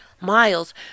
miles